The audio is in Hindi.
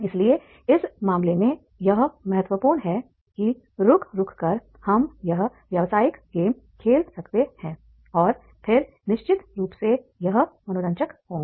इसलिए इस मामले में यह महत्वपूर्ण है की रुक रुक कर हम यह व्यावसायिक गेम खेल सकते हैं और फिर निश्चित रूप से यह मनोरंजक होंगे